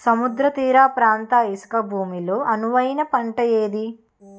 సముద్ర తీర ప్రాంత ఇసుక భూమి లో అనువైన పంట ఏది?